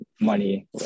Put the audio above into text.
money